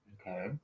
Okay